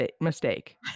mistake